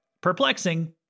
perplexing